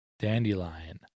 dandelion